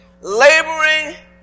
laboring